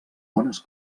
bones